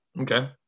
Okay